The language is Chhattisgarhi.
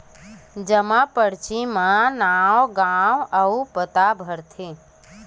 जमा परची ल कइसे भरथे?